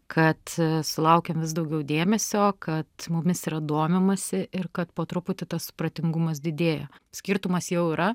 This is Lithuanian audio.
kad sulaukiam vis daugiau dėmesio kad mumis yra domimasi ir kad po truputį tas supratingumas didėja skirtumas jau yra